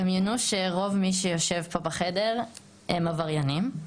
דמיינו שרוב מי שיושב פה בחדר הם עבריינים.